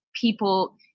people